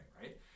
right